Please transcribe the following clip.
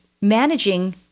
managing